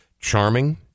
Charming